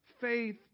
faith